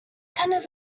tenors